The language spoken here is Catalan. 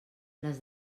les